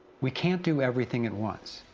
we can't do everything at once.